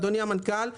אדוני המנכ"ל,